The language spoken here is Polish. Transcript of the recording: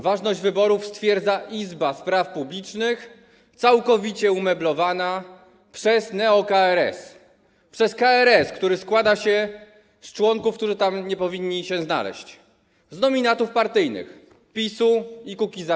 Ważność wyborów ma stwierdzać izba spraw publicznych całkowicie umeblowana przez neo-KRS, przez KRS, który składa się z członków, którzy tam nie powinni się znaleźć, z nominatów partyjnych PiS i Kukiz’15.